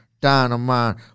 Dynamite